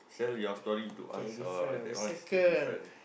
sell your story to us or that one is the different